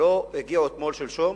לא הגיעו אתמול-שלשום.